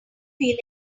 feel